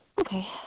Okay